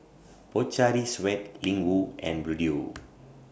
Pocari Sweat Ling Wu and Bluedio